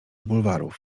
bulwarów